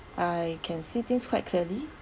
I can see things quite clearly